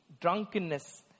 drunkenness